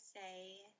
say